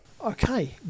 Okay